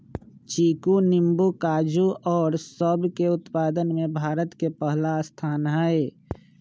चीकू नींबू काजू और सब के उत्पादन में भारत के पहला स्थान हई